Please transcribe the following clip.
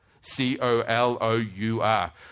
C-O-L-O-U-R